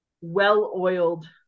well-oiled